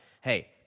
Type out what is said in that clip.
Hey